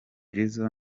jizzo